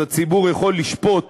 אז הציבור יכול לשפוט